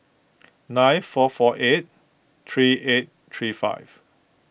nine four four eight three eight three five